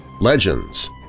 legends